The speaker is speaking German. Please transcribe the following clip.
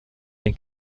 den